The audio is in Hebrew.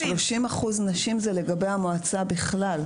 אנחנו מוסיפים --- 30% נשים זה לגבי המועצה בכלל,